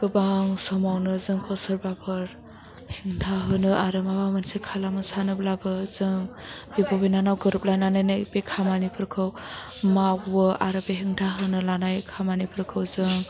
गोबां समावनो जोंखौ सोरबाफोर हेंथा होनो आरो माबा मोनसे खालामनो सानोब्लाबो जों बिब' बिनानाव गोरोलायनानै बे खामानिफोरखौ मावो आरो बे हेंथा होनो लानाय खामानिफोरखौ जों